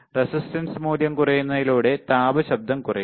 resistance മൂല്യം കുറയ്ക്കുന്നതിലൂടെ താപ ശബ്ദം കുറയും